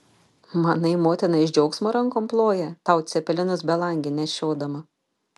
manai motina iš džiaugsmo rankom ploja tau cepelinus belangėn nešiodama